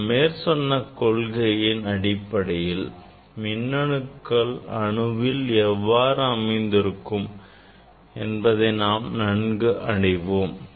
நாம் மேற்சொன்ன கொள்கையின் அடிப்படையில் இதன் மின்னணுக்கள் அணுவில் எவ்வாறு அமைந்திருக்கும் என்பதை நாம் நன்கு அறிவோம்